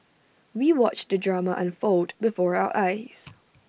we watched the drama unfold before our eyes